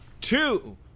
two